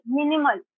minimal